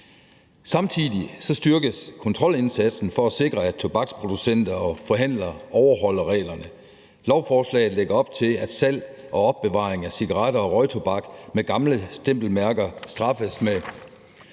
Samtidig styrkes kontrolindsatsen for at sikre, at tobaksproducenter og forhandlere overholder reglerne. Lovforslaget lægger op til, at salg og opbevaring af cigaretter og røgtobak med gamle stempelmærker straffes med